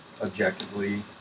objectively